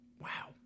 wow